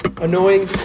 annoying